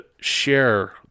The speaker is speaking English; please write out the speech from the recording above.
share